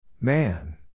Man